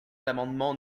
l’amendement